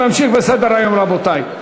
בסדר-היום, רבותי.